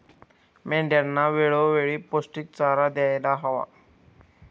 मेंढ्यांना वेळोवेळी पौष्टिक चारा द्यायला हवा